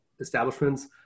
establishments